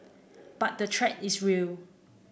but the threat is real